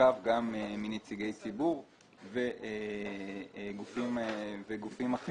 מורכב גם מנציגי ציבור וגופים אחרים.